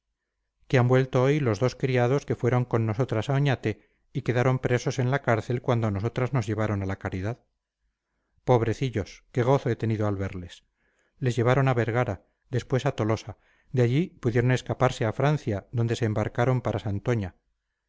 que han vuelto los dos criados que fueron con nosotras a oñate y quedaron presos en la cárcel cuando a nosotras nos llevaron a la caridad pobrecillos qué gozo he tenido al verles les llevaron a vergara después a tolosa de allí pudieron escaparse a francia donde se embarcaron para